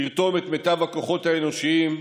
לרתום את מיטב הכוחות האנושיים,